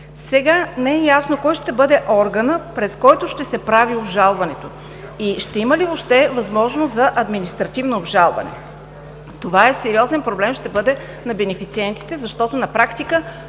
Сега не е ясно кой ще бъде органът, пред който ще се прави обжалването и ще има ли въобще възможност за административно обжалване. Това ще бъде сериозен проблем на бенефициентите, защото на практика